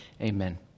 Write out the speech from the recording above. Amen